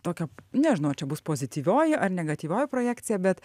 tokią nežinau ar čia bus pozityvioji ar negatyvioji projekcija bet